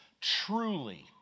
truly